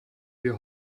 wir